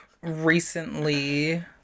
recently